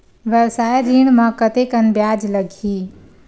व्यवसाय ऋण म कतेकन ब्याज लगही?